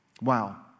Wow